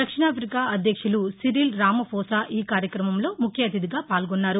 దక్షిణాఫికా అధ్యక్షులు Cyril Ramaphosa ఈ కార్యక్రమంలో ముఖ్య అతిధిగా పాల్గొన్నారు